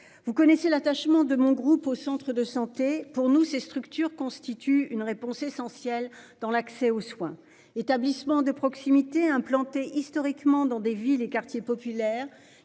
Vous connaissez l'attachement de mon groupe au centre de santé pour nous ces structures constituent une réponse essentielle dans l'accès aux soins, établissements de proximité implantés historiquement dans des villes et quartiers populaires